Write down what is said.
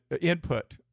input